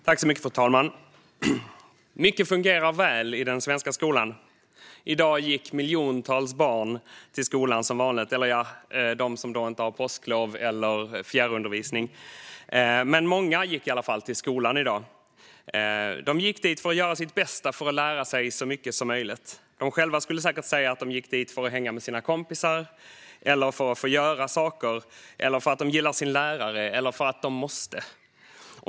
Fru talman! Mycket fungerar väl i den svenska skolan. I dag gick miljontals barn till skolan som vanligt, eller ja, de som inte har påsklov eller fjärrundervisning. Men många gick i alla fall till skolan i dag. De gick dit för att göra sitt bästa för att lära sig så mycket som möjligt. De själva skulle säkert säga att de gick dit för att hänga med sina kompisar, för att få göra saker, för att de gillar sin lärare eller för att de måste.